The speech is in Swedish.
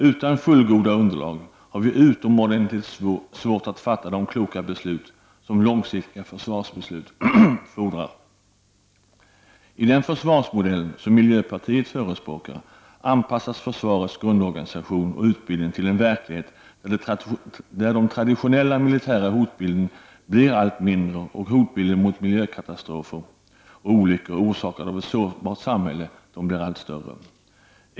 Utan fullgoda underlag har vi utomordentligt svårt att fatta de kloka beslut som långsiktiga försvarsbeslut fordrar. I den försvarsmodell som miljöpartiet förespråkar anpassas försvarets grundorganisation och utbildning till en verklighet där den traditionella militära hotbilden blir allt mindre och hotbilden med miljökatastrofer och olyckor orsakade av ett sårbart samhälle allt större.